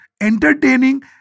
entertaining